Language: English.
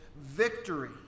victory